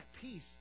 peace